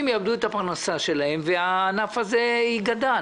יאבדו את הפרנסה שלהם והענף הזה ייגדע.